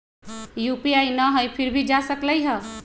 UPI न हई फिर भी जा सकलई ह?